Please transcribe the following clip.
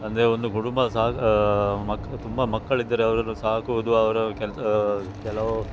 ಅಂದರೆ ಒಂದು ಕುಟುಂಬ ಸಾಕು ಮಕ್ಕ ತುಂಬ ಮಕ್ಕಳು ಇದ್ದರೆ ಅವ್ರನ್ನು ಸಾಕುವುದು ಅವರ ಕೆಲಸ ಕೆಲವು